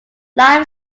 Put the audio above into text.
life